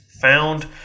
found